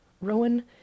Rowan